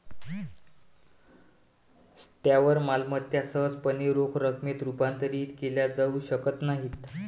स्थावर मालमत्ता सहजपणे रोख रकमेत रूपांतरित केल्या जाऊ शकत नाहीत